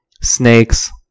snakes